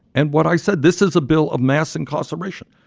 and what i said, this is a bill of mass incarceration.